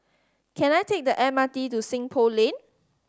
can I take the M R T to Seng Poh Lane